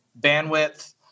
bandwidth